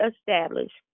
established